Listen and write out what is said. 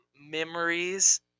memories